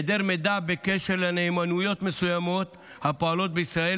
היעדר מידע בקשר לנאמנויות מסוימות הפועלות בישראל